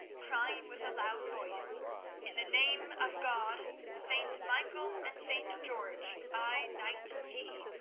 crying with a loud voice in the name of god, st. michael, and st. george, i knight ye.